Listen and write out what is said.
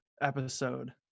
episode